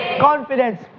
confidence